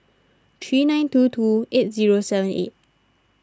three nine two two eight zero seven eight